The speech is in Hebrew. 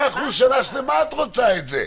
שנה שלמה את רוצה את זה.